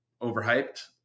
overhyped